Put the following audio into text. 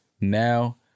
now